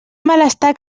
malestar